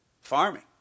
farming